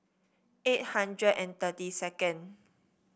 eight hundred and thirty second